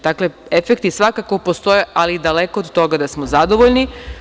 Dakle, efekti svakako postoje, ali daleko od toga da smo zadovoljni.